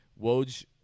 Woj